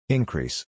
Increase